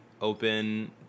open